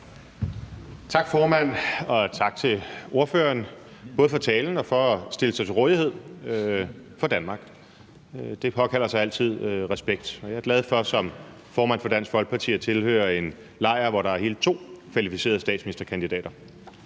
Tak, formand, og tak til ordføreren både for talen og for at stille sig til rådighed for Danmark. Det påkalder sig altid respekt, og jeg er som formand for Dansk Folkeparti glad for at tilhøre en lejr, hvor der er hele to kvalificerede statsministerkandidater.